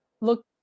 look